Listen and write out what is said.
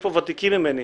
יש פה ותיקים ממני,